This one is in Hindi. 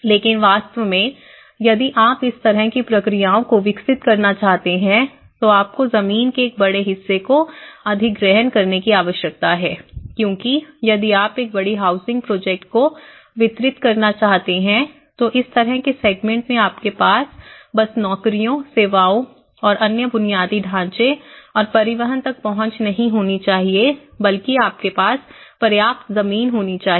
लेकिन वास्तव में यदि आप इस तरह की प्रक्रियाओं को विकसित करना चाहते हैं तो आपको जमीन के एक बड़े हिस्से को अधिग्रहण करने की आवश्यकता है क्योंकि यदि आप एक बड़ी हाउसिंग प्रोजेक्ट को वितरित करना चाहते हैं तो इस तरह के सेगमेंट में आपके पास बस नौकरियों सेवाओं और अन्य बुनियादी ढांचे और परिवहन तक पहुंच नहीं होनी चाहिए बल्कि आपके पास पर्याप्त जमीन होनी चाहिए